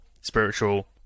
spiritual